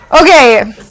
Okay